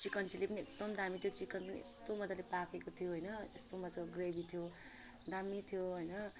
chicken chilli पनि एकदम दामी थियो चिकन पनि यस्तो मजाले पाकेको थियो होइन यस्तो मजाको ग्रेभी थियो दामी थियो होइन